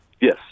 Yes